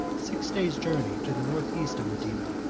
six days' journey to the north-east of medina,